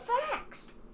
facts